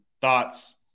thoughts